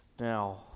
now